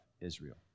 Israel